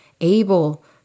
able